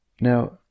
Now